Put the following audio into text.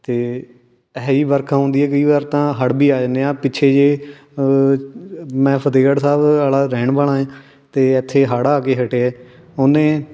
ਅਤੇ ਐਹੀ ਵਰਖਾ ਆਉਂਦੀ ਹੈ ਕਈ ਵਾਰ ਤਾਂ ਹੜ੍ਹ ਵੀ ਆ ਜਾਂਦੇ ਆ ਪਿੱਛੇ ਜੇ ਮੈਂ ਫਤਿਹਗੜ੍ਹ ਸਾਹਿਬ ਵਾਲਾ ਰਹਿਣ ਵਾਲਾ ਹੈ ਅਤੇ ਇੱਥੇ ਹੜ੍ਹ ਆ ਕੇ ਹਟੇ ਉਹਨੇ